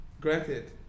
Granted